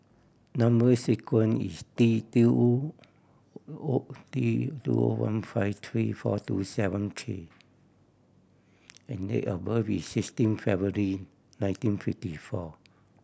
number sequence is T T O O T T O one five three four two seven K and date of birth is sixteen February nineteen fifty four